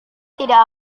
tidak